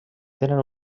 tenen